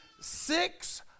six